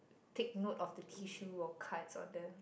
take note of the tissue or cards on the